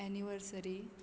anniversary